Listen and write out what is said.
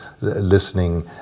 listening